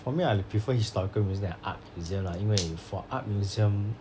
for me I would prefer historical museum than art museum lah 因为 for art museum